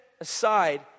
aside